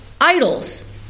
idols